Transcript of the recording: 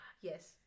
Yes